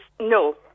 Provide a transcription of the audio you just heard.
No